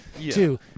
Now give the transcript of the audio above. two